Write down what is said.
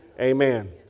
Amen